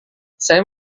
saya